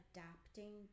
Adapting